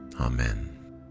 Amen